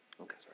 Okay